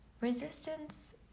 Resistance